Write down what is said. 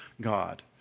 God